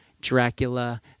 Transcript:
Dracula